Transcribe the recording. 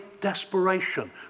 desperation